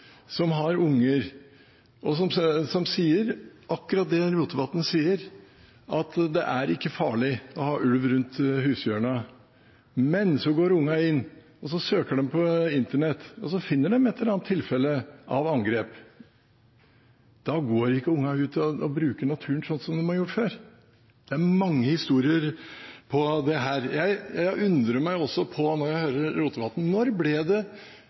som har unger, og som sier akkurat det som Rotevatn sier, at det ikke er farlig å ha ulv rundt hushjørnet. Men så går ungene inn og søker på internett og finner et eller annet tilfelle av angrep. Da går ikke ungene ut og bruker naturen slik de har gjort før. Det er mange historier om dette. Når jeg hører Rotevatn, undrer jeg meg også over når det ble umoderne å slåss for at Norge faktisk skal brukes? Det